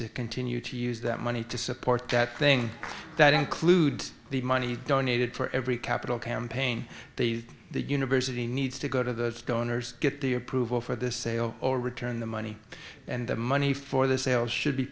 to continue to use that money to support that thing that includes the money donated for every capital campaign the university needs to go to the going or get the approval for this sale or return the money and the money for the sale should be